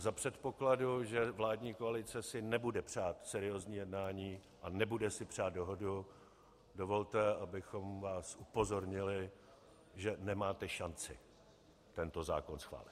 Za předpokladu, že vládní koalice si nebude přát seriózní jednání a nebude si přát dohodu, dovolte, abychom vás upozornili, že nemáte šanci tento zákon schválit.